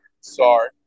Sorry